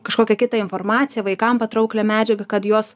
kažkokią kitą informaciją vaikam patrauklią medžiagą kad juos